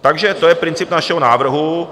Takže to je princip našeho návrhu.